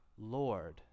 Lord